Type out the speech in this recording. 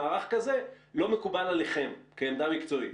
מערך כזה לא מקובל עליכם כעמדה מקצועית?